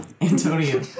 Antonio